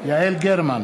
יעל גרמן,